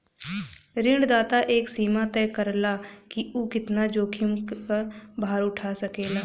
ऋणदाता एक सीमा तय करला कि उ कितना जोखिम क भार उठा सकेला